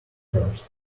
first